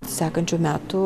sekančių metų